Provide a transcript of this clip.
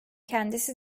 kendisi